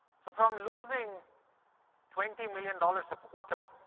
so from losing twenty million dollars a quarter,